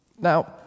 Now